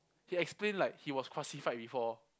he explained like he was crucified before